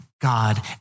God